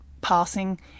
passing